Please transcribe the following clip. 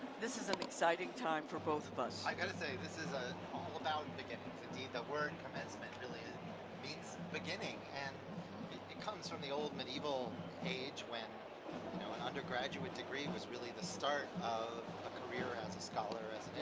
this is an exciting time for both of us. i gotta say commencement is ah all about beginnings indeed the word commencement really means beginning. and it comes from the old medieval age when you know an undergraduate degree was really the start of a career as a scholar, as